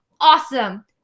awesome